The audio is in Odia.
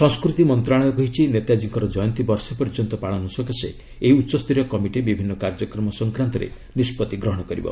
ସଂସ୍କୃତି ମନ୍ତ୍ରଣାଳୟ କହିଛି ନେତାଜୀଙ୍କର ଜୟନ୍ତୀ ବର୍ଷେ ପର୍ଯ୍ୟନ୍ତ ପାଳନ ସକାଶେ ଏହି ଉଚ୍ଚସ୍ତରୀୟ କମିଟି ବିଭିନ୍ନ କାର୍ଯ୍ୟକ୍ରମ ସଂକ୍ରାନ୍ତରେ ନିଷ୍କଭି ଗ୍ରହଣ କରିବ